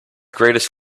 greatest